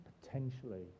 potentially